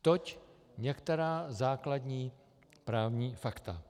Toť některá základní právní fakta.